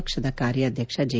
ಪಕ್ಷದ ಕಾರ್ಯಾಧ್ಯಕ್ಷ ಜೆ